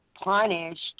punished